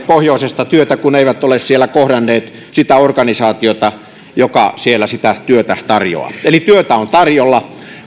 pohjoisesta työtä kun eivät ole siellä kohdanneet sitä organisaatiota joka siellä sitä työtä tarjoaa eli työvoimaa on tarjolla